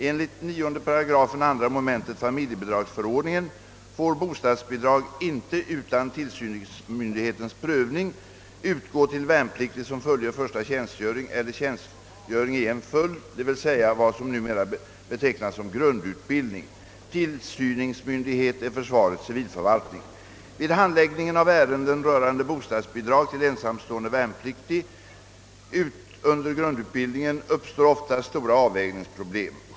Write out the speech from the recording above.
Enligt 9 § 2 mom. familjebidragsförordningen får bostadsbidrag inte utan tillsynsmyndighetens prövning utgå till värnpliktig som fullgör första tjänstgöring eller tjänstgöring i en följd, dvs. vad som numera betecknas som grundutbildning. Tillsynsmyndighet är försvarets civilförvaltning. Vid handläggningen av ärenden rörande bostadsbidrag till ensamstående värnpliktiga under grundutbildningen uppstår ofta svåra avvägningsproblem.